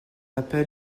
appelle